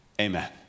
Amen